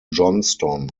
johnston